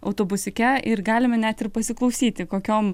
autobusiuke ir galime net ir pasiklausyti kokiom